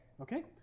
Okay